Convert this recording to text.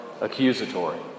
accusatory